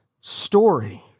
story